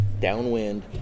downwind